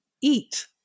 eat